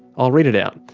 i'll read it out.